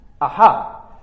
Aha